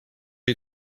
jej